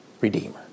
Redeemer